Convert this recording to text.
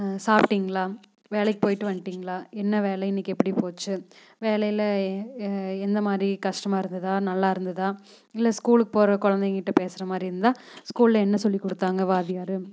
சாப்பிட்டீங்களா வேலைக்கு போயிவிட்டு வந்துடீங்களா என்ன வேலை இன்னைக்கு எப்படி போச்சு வேலையில் எ எந்தமாதிரி கஷ்டமாக இருந்துதா நல்லா இருந்துதா இல்லை ஸ்கூலுக்கு போகற குழந்தைங்கக்கிட்ட பேசுறமாதிரி இருந்தால் ஸ்கூலில் என்ன சொல்லி கொடுத்தாங்க வாத்தியார்